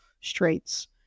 straits